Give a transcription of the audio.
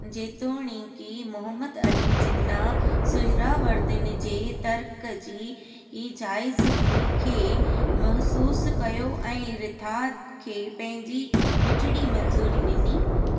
जेतोणीकि मुहम्मद अली जिन्ना सुहरावर्दियुनि जे तर्क जी जाइज़िगी खे महिसूसु कयो ऐं रिथा खे पंहिंजी मिठणी मंज़ूरी ॾिनी